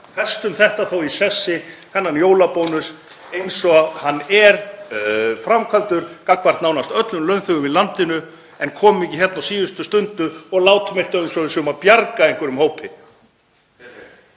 festum þá í sessi þennan jólabónus eins og hann er framkvæmdur gagnvart nánast öllum launþegum í landinu, en komum ekki hérna á síðustu stundu og látum eins og við séum að bjarga einhverjum hópi.